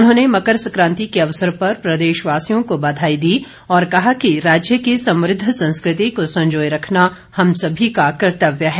उन्होंने मकर सकांति के अवसर पर प्रदेशवासियों को बधाई दी और कहा कि राज्य की समृद्ध संस्कृति को संजोए रखना हम सभी का कर्तव्य है